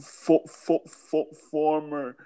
former